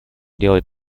делает